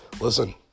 listen